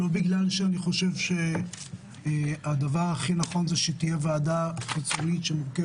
לא בגלל שאני חושב שהדבר הכי נכון זה שוועדה חיצונית תקבע